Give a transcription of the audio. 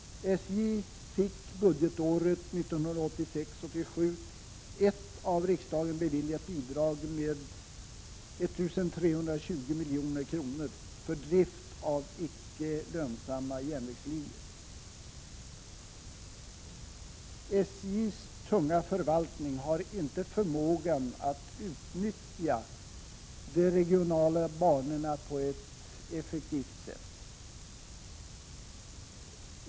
SJ fick budgetåret 1986/87 ett av riksdagen beviljat bidrag med 1 320 milj.kr. för drift av icke lönsamma järnvägslinjer. SJ:s tunga förvaltning har inte förmågan att utnyttja de regionala banorna på ett effektivt sätt.